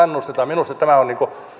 kannustetaan minusta tämä on